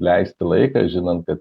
leisti laiką žinant kad